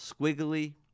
squiggly